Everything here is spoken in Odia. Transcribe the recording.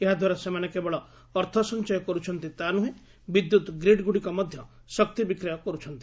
ଏହାଦ୍ୱାରା ସେମାନେ କେବଳ ଅର୍ଥ ସଞ୍ଚୟ କରୁଛନ୍ତି ତା' ନୁହେଁ ବିଦ୍ୟୁତ୍ ଗ୍ରୀଡ଼୍ଗୁଡ଼ିକ ମଧ୍ୟ ଶକ୍ତି ବିକ୍ରୟ କରୁଛନ୍ତି